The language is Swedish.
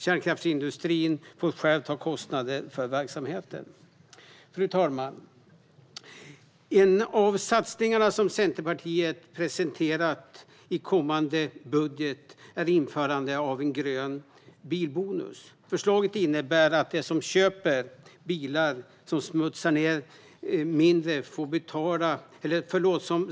Kärnkraftsindustrin får själv ta kostnaden för verksamheten. En av de satsningar som Centerpartiet har presenterat för kommande budget är införandet av en grön bilbonus. Förslaget innebär att de som köper bilar som smutsar ned mer får betala lite mer.